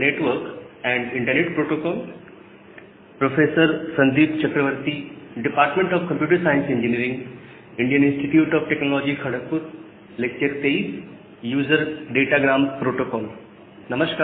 नमस्कार